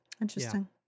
Interesting